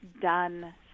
done